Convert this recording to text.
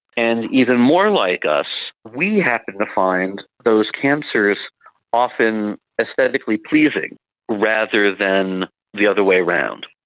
and even more like us, we happen to find those cancers often aesthetically pleasing rather than the other way around.